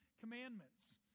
Commandments